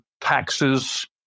taxes